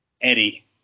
Eddie